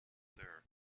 there